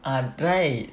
ah right